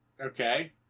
Okay